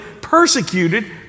persecuted